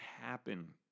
happen